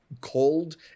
cold